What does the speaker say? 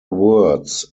words